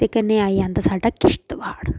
ते कन्नै आई जांदा साड्ढा किश्तवाड़